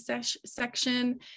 section